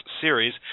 series